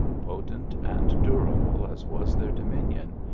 potent and durable as was their dominion,